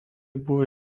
buvo